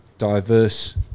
Diverse